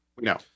No